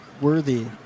worthy